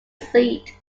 seat